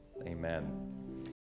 Amen